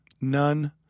None